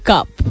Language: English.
Cup